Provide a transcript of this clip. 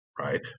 right